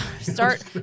start